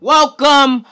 Welcome